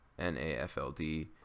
NAFLD